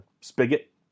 spigot